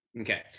Okay